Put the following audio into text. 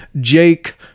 Jake